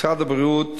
משרד הבריאות